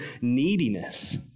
neediness